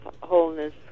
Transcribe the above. wholeness